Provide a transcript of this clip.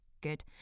good